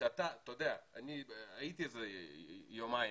אני הייתי יומיים